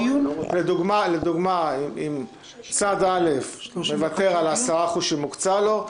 לדוגמה אם צד א' מוותר על 10% שמוקצה לו,